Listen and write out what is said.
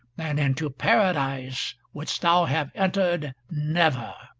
and into paradise wouldst thou have entered never.